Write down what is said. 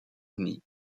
nie